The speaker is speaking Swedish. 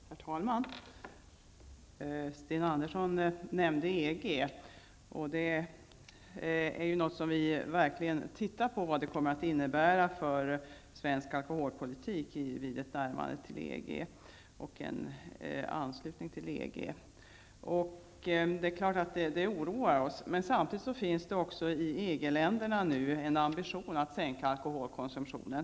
Herr talman! Sten Andersson i Malmö nämnde EG. Vi i centerpartiet undersöker ju noga vad ett närmande och en anslutning till EG kommer att innebära för svensk alkoholpolitik. Det är klart att vi är oroade. Samtidigt finns det i EG-länderna nu en ambition att sänka alkoholkonsumtionen.